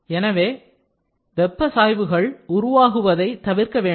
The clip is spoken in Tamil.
எனவே வெப்ப சாய்வுகள் உருவாகுவதை தவிர்க்க வேண்டும்